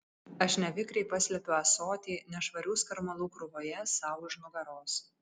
aš nevikriai paslepiu ąsotį nešvarių skarmalų krūvoje sau už nugaros